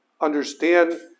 understand